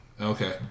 Okay